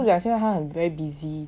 因为你不是讲他现在 very busy